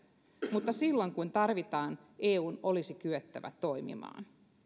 mutta silloin kun tarvitaan eun olisi kyettävä toimimaan